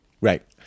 Right